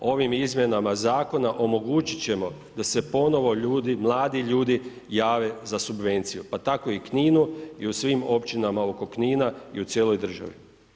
Ovim izmjenama zakona omogućiti ćemo da se ponovno ljudi, mladi ljudi jave za subvenciju, pa tako i Kninu i u svim općinama oko Knina i u cijeloj državi.